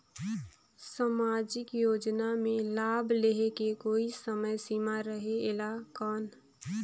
समाजिक योजना मे लाभ लहे के कोई समय सीमा रहे एला कौन?